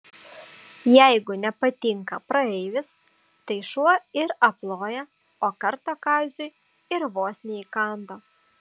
jeigu nepatinka praeivis tai šuo ir aploja o kartą kaziui ir vos neįkando